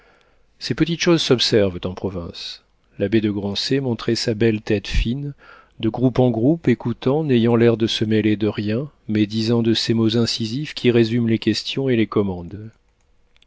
ces petites choses s'observent en province l'abbé de grancey montrait sa belle tête fine de groupe en groupe écoutant n'ayant l'air de se mêler de rien mais disant de ces mots incisifs qui résument les questions et les commandent